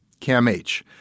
CAMH